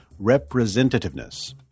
representativeness